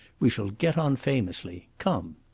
we shall get on famously. come!